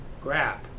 Grab